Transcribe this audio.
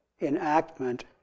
enactment